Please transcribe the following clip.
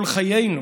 כל חיינו